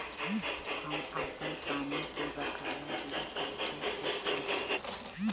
हम आपन पानी के बकाया बिल कईसे चेक करी?